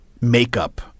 makeup